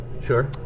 Sure